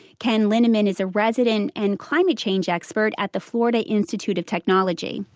ken lindeman is a resident and climate change expert at the florida institute of technology.